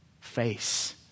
face